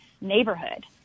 neighborhood